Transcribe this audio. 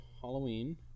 Halloween